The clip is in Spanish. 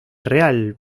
real